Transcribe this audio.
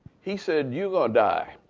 he said you're going to die,